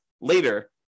later